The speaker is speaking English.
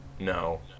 No